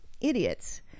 Idiots